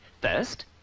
First